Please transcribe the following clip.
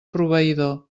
proveïdor